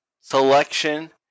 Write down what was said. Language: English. selection